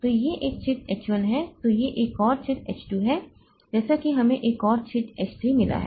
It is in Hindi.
तो यह एक छेद H 1 है तो यह एक और छेद H 2 है जैसे कि हमें एक और छेद H 3 मिला है